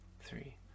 three